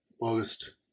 August